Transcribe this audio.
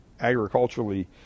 agriculturally